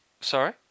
Sorry